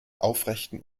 aufrechten